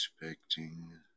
expecting